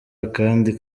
akandi